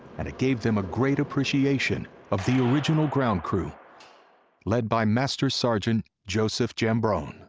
and it gave them a great appreciation of the original ground crew led by master sergeant joseph giambrone.